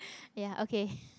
ya okay